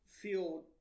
feel